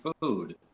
food